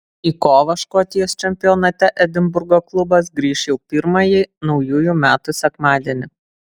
į kovą škotijos čempionate edinburgo klubas grįš jau pirmąjį naujųjų metų sekmadienį